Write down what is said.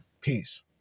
Peace